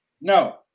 no